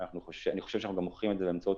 אני חושב שאנחנו גם מוכיחים את זה באמצעות